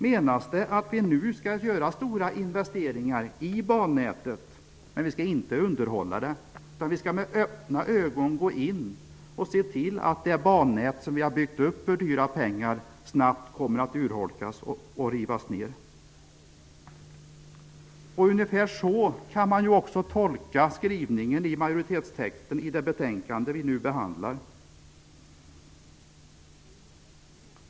Menas det att vi nu skall göra stora investeringar i bannätet men inte underhålla det? Skall vi med öppna ögon gå in och se till att det bannät som vi har byggt upp för dyra pengar snabbt urholkas och rivs ner? Ungefär så kan man tolka skrivningen i majoritetstexten i det betänkande vi nu behandlar.